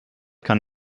kann